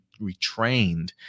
retrained